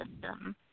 system